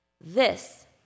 This